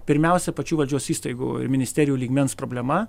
pirmiausia pačių valdžios įstaigų ir ministerijų lygmens problema